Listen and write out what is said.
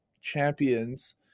champions